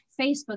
Facebook